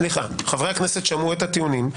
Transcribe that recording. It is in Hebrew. סליחה, חברי הכנסת שמעו את הטיעונים.